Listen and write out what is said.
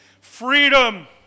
Freedom